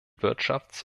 wirtschafts